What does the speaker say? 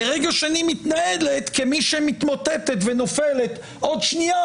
ורגע שני מתנהלת כמי שמתמוטטת ונופלת עוד שנייה,